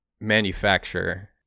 manufacturer